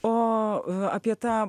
o apie tą